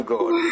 God